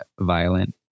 violent